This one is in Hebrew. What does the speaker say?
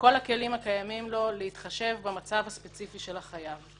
כל הכלים הקיימים לו להתחשב במצב הספציפי של החייב.